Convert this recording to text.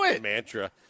mantra